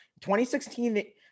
2016